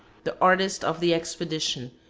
the artist of the expedition,